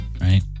Right